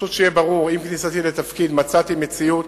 פשוט שיהיה ברור: עם כניסתי לתפקיד מצאתי מציאות